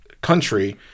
country